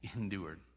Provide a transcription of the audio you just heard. endured